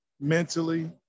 mentally